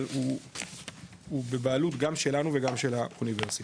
אבל הוא בבעלות גם שלנו וגם של האוניברסיטה.